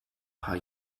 paar